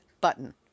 button